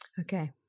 Okay